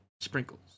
sprinkles